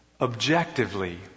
Objectively